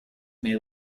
may